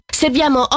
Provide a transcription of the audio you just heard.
serviamo